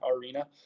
Arena